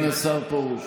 נא לצאת.